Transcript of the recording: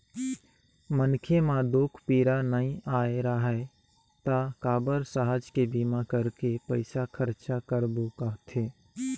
मनखे म दूख पीरा नइ आय राहय त काबर सहज के बीमा करके पइसा खरचा करबो कहथे